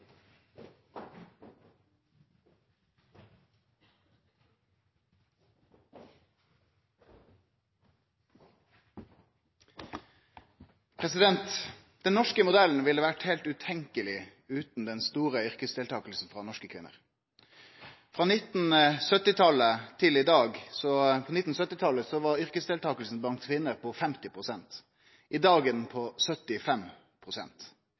barnehageopptak. Den norske modellen ville vore heilt utenkjeleg utan den store yrkesdeltakinga frå norske kvinner. På 1970-talet var yrkesdeltakinga blant kvinner på 50 pst. I dag er ho på